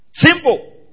Simple